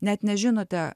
net nežinote